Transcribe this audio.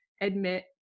admit